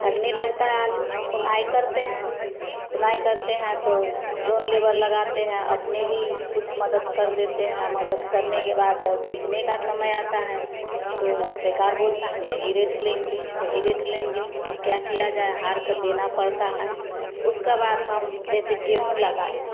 फरने लगता है आलू खोनाई करते हैं खोनाई करते हैं तो जो लेबर लगाते हैं अपने भी कुछ मदद कर देते हैं मदद करने के बाद जब बेचने का समय आता है तो बेकार बोलता है हम यही रेट लेंगे यही रेट लेंगे अब क्या किया जाए हार कर देना पड़ता है उसका बाद हम जैसे गेहूँ लगाए